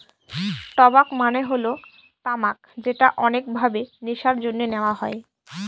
টবাক মানে হল তামাক যেটা অনেক ভাবে নেশার জন্যে নেওয়া হয়